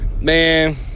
man